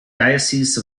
diocese